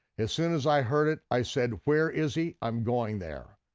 as soon as i heard it, i said, where is he, i'm going there.